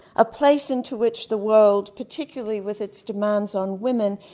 a place into which the world particularly with its demands on women,